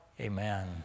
Amen